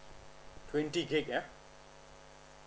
twenty gig ya